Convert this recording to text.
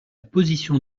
position